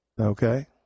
Okay